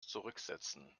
zurücksetzen